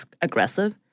aggressive